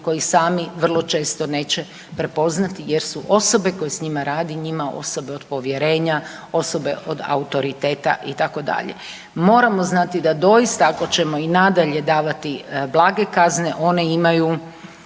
koji sami vrlo često neće prepoznati jer su osobe koje s njima radi njima osobe od povjerenja, osobe od autoriteta itd. Moramo znati da doista ako ćemo i nadalje davati blage kazne one imaju